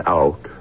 out